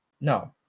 no